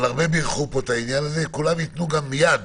אבל רבים בירכו פה על העניין הזה, כולם יתנו יד